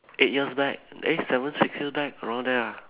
eight years back eh seven six year back around there ah